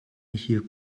hier